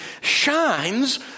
shines